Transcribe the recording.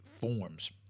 forms